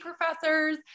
professors